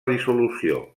dissolució